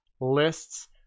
lists